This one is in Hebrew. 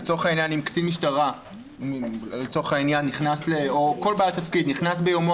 אם קצין משטרה או כל בעל תפקיד ביומו